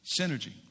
synergy